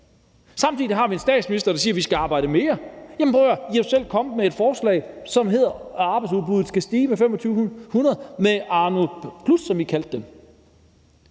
samtidig har vi en statsminister, der siger, at vi skal arbejde mere. Prøv at høre her: I er jo selv kommet med et forslag, som handler om, at arbejdsudbuddet skal stige med 2.500, altså med en Arneplus, som I kaldte den,